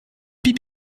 hip